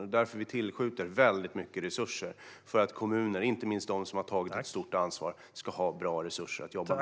Det är därför vi tillskjuter mycket resurser så att kommuner, inte minst de som har tagit ett stort ansvar, ska ha bra resurser att jobba med.